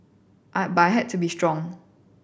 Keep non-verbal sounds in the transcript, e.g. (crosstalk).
(hesitation) but I had to be strong